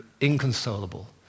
inconsolable